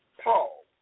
Paul